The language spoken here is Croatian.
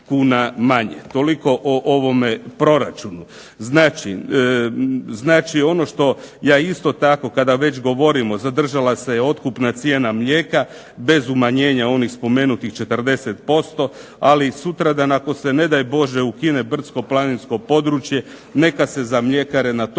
Toliko o ovome proračunu. Znači, ono što ja isto tako kada već govorimo zadržala se je otkupna cijena mlijeka bez umanjenja onih spomenutih 40%. Ali sutradan ako se ne daj Bože ukine brdsko-planinsko područje, neka se za mljekare na tom